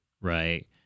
right